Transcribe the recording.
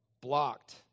blocked